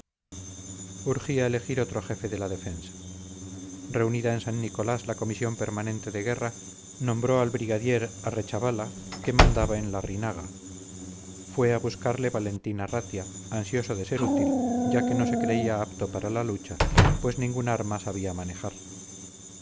urgía elegir otro jefe de la defensa reunida en san nicolás la comisión permanente de guerra nombró al brigadier arechavala que mandaba en larrinaga fue a buscarle valentín arratia ansioso de ser útil ya que no se creía apto para la lucha pues ningún arma sabía manejar